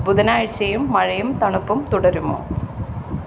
ബുധനാഴ്ചയും മഴയും തണുപ്പും തുടരുമോ